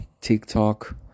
TikTok